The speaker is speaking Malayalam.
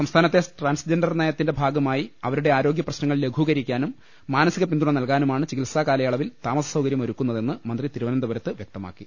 സംസ്ഥാനത്തെ ട്രാൻസ്ജെൻഡർ നയത്തിന്റെ ഭാഗമായി അവരുടെ ആരോഗൃപ്രശ്നങ്ങൾ ലഘൂകരിക്കാനും മാന സിക പിന്തുണ നൽകാനുമാണ് ചികിത്സാ കാലയളവിൽതാമസ സൌകര്യമൊരുക്കുന്നതെന്ന് മന്ത്രി തിരുവനന്തപുരത്ത് വ്യക്തമാക്കി